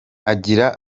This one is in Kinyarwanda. agira